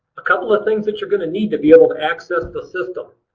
a couple of things that you're going to need to be able to access the system.